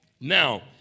Now